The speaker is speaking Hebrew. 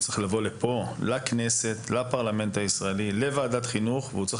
מגיע לפרלמנט הישראלי ולוועדת החינוך והוא צריך